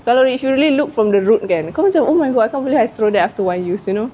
kalau if you really look from the root kan kau macam oh my god I can't believe I throw that after one use you know